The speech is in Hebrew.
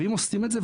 ואם עושים את זה,